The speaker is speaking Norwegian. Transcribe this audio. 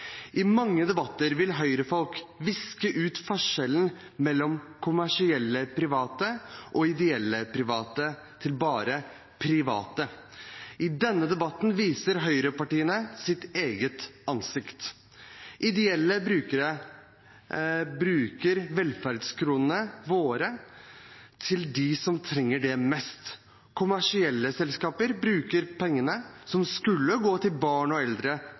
I mange debatter vil høyrefolk viske ut forskjellen mellom kommersielle private og ideelle private til bare «private». I denne debatten viser høyrepartiene sitt eget ansikt. Ideelle bruker velferdskronene våre til dem som trenger det mest. Kommersielle selskaper bruker pengene som skulle gå til barn og eldre,